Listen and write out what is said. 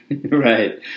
Right